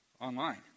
online